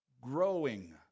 Growing